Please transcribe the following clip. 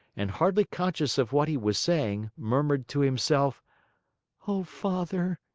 and hardly conscious of what he was saying, murmured to himself oh, father,